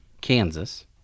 Kansas